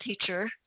teacher